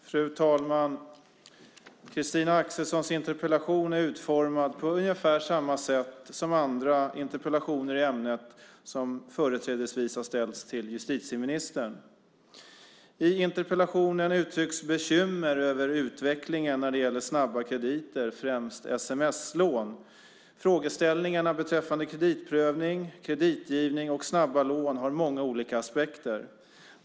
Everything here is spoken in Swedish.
Fru talman! Christina Axelssons interpellation är utformad på ungefär samma sätt som andra interpellationer i ämnet som har ställts företrädesvis till justitieministern. I interpellationen uttrycks bekymmer över utvecklingen när det gäller snabba krediter, främst sms-lån. Frågeställningarna beträffande kreditprövning, kreditgivning och snabba lån har många olika aspekter.